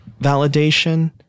validation